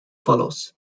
follows